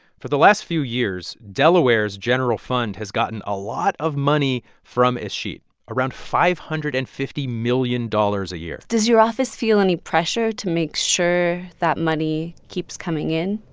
for the last few years, delaware's general fund has gotten a lot of money from escheat, around five hundred and fifty million dollars a year does your office feel any pressure to make sure that money keeps coming in?